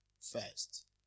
first